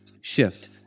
shift